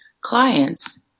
clients